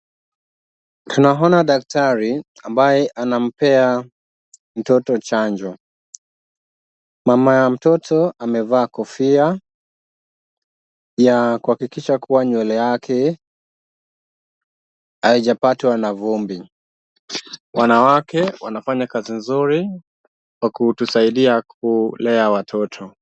Tunaona daktari ambaye anampea mtoto chanjo. Mama ya mtoto amevaa kofia ya kuhakikisha kuwa nywele yake haijapatwa na vumbi. Wanawake wanafanya kazi nzuri kwa kutusaidia kulea watoto.